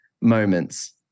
moments